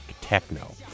techno